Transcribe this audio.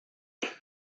oedd